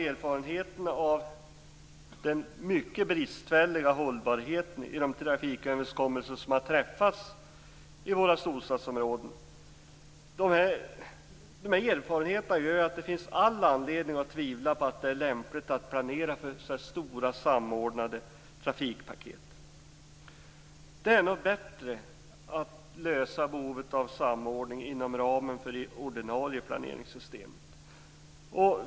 Erfarenheterna av den mycket bristfälliga hållbarheten i de trafiköverenskommelser som träffats i våra storstadsområden gör att det finns all anledning att tvivla på att det är lämpligt att planera för stora samordnade trafikpaket. Det är nog bättre att lösa behovet av samordning inom ramen för det ordinarie planeringssystemet.